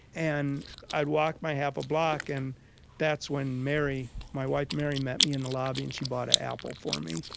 and i'd walked my half a block, and that's when mary, my wife, mary, met me in the lobby, and she bought an ah apple for me.